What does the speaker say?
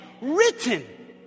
written